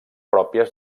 pròpies